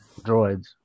droids